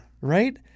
Right